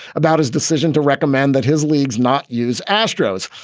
about his decision to recommend that his leagues not use astros.